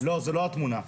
לא, זו לא התמונה.